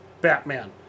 Batman